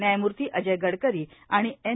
न्यायमूर्ती अजय गडकरी आणि एन